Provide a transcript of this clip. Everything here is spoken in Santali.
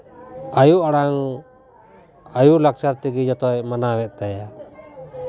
ᱟᱹᱭᱩ ᱟᱲᱟᱝ ᱟᱹᱭᱩ ᱞᱟᱠᱪᱟᱨ ᱛᱮᱜᱮ ᱡᱚᱛᱚᱭ ᱢᱟᱱᱟᱣᱮᱫ ᱛᱟᱭᱟ